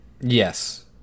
Yes